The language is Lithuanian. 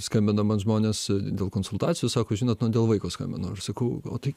skambina man žmonės dėl konsultacijų sako žinot nu dėl vaiko skambinu ir sakau o tai